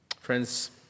Friends